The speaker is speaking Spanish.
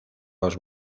los